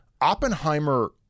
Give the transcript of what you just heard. oppenheimer